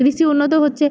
কৃষি উন্নত হচ্ছে